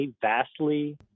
vastly –